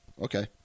Okay